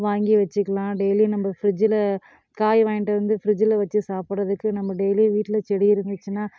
வாங்கி வெச்சுக்கலாம் டெய்லி நம்ம ஃப்ரிட்ஜில் காய் வாங்கிகிட்டு வந்து ஃப்ரிட்ஜில் வெச்சு சாப்பிட்றதுக்கு நம்ம டெய்லி வீட்டில் செடி இருந்துச்சுன்னா